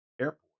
airport